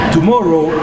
Tomorrow